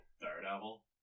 Daredevil